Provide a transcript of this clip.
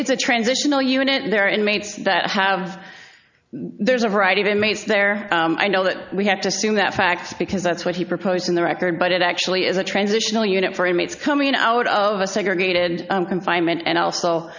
it's a transitional unit and there are inmates that have there's a variety of inmates there i know that we have to assume that fact because that's what he proposed in the record but it actually is a transitional unit for inmates coming out of a segregated confinement and also